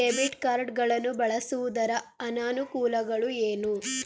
Debit card ಗಳನ್ನು ಬಳಸುವುದರ ಅನಾನುಕೂಲಗಳು ಏನು?